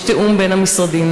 יש תיאום בין המשרדים,